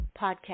podcast